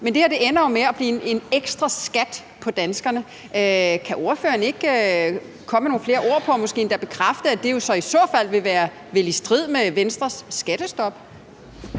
vil det her jo ende med at blive en ekstra skat, der pålægges danskerne. Kan ordføreren ikke sætte nogle flere ord på og måske endda bekræfte, at det jo vel i så fald vil være i strid med Venstres skattestop?